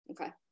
Okay